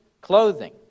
clothing